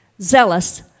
zealous